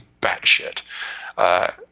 batshit